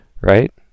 right